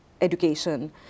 education